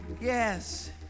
yes